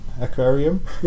aquarium